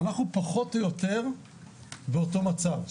אנחנו פחות או יותר באותו מצב,